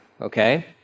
okay